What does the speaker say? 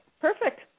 Perfect